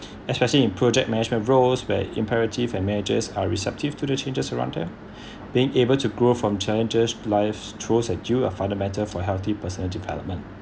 especially in project management roles were imperative and measures are receptive to the changes around them being able to grow from challenges life throws at you a fundamental for healthy person development